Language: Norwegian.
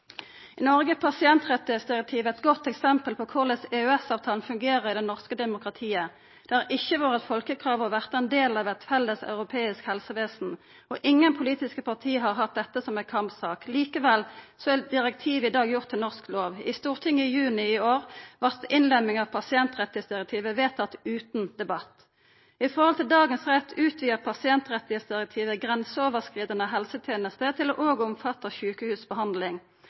I Noreg er pasientrettsdirektivet eit godt eksempel på korleis EØS-avtalen fungerer i det norske demokratiet. Det har ikkje vore eit folkekrav å verta ein del av eit felles europeisk helsestell, og ingen politiske parti har hatt dette som ei kampsak. Likevel er direktivet i dag gjort til norsk lov. I Stortinget i juni i år vart innlemminga av pasientrettsdirektivet vedtatt utan debatt. I forhold til dagens rett utvidar pasientrettsdirektivet grenseoverskridande helsetenester til òg å omfatta sjukehusbehandling.